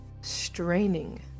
straining